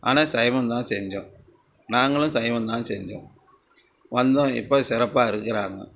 ஆனால் சைவம் தான் செஞ்சோம் நாங்களும் சைவம் தான் செஞ்சோம் வந்தோம் இப்போது சிறப்பாக இருக்கிறாங்க